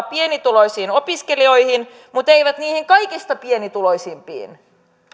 pienituloisiin opiskelijoihin mutta ei niihin kaikista pienituloisimpiin